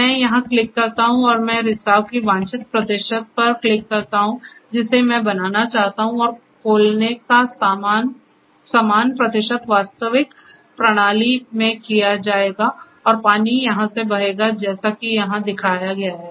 मैं यहां क्लिक करता हूं और मैं रिसाव के वांछित प्रतिशत पर क्लिक करता हूं जिसे मैं बनाना चाहता हूं और खोलने का समान प्रतिशत वास्तविक प्रणाली में किया जाएगा और पानी यहां से बहेगा जैसा कि यहां दिखाया गया है